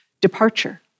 departure